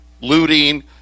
looting